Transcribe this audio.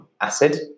acid